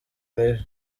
mibi